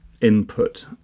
input